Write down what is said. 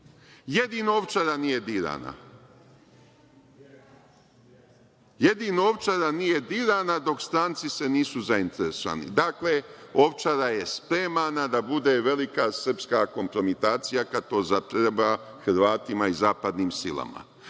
identifikaciju. Jedino Ovčara nije birana, dok stranci se nisu zainteresovali. Dakle, Ovčara je spremana da bude velika srpska kompromitacija kada to zatreba Hrvatima i zapadnim silama.Zašto